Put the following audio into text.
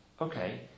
Okay